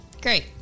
great